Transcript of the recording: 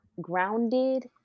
grounded